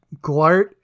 Glart